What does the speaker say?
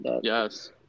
yes